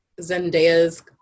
zendaya's